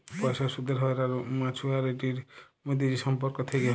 পয়সার সুদের হ্য়র আর মাছুয়ারিটির মধ্যে যে সম্পর্ক থেক্যে হ্যয়